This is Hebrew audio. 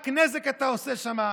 רק נזק אתה עושה שם.